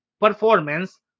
performance